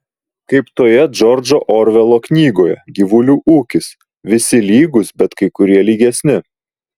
kaip toje džordžo orvelo knygoje gyvulių ūkis visi lygūs bet kai kurie lygesni